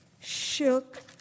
shook